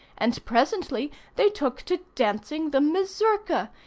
and presently they took to dancing the mazurka,